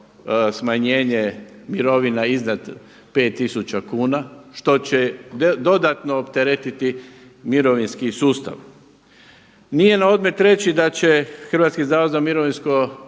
smanjenje mirovina iznad 5 tisuća kuna što će dodatno opteretiti mirovinski sustav. Nije na odmet reći da će Hrvatski zavod za mirovinsko